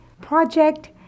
Project